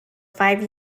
five